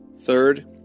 Third